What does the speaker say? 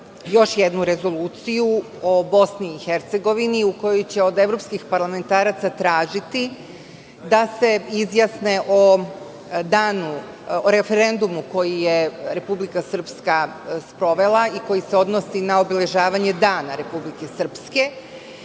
još jednu rezoluciju BiH u kojoj će od evropskih parlamentaraca tražiti da se izjasne o referendumu koji je Republika Srpska sprovela i koji se odnosi na obeležavanje dana Republike Srpske.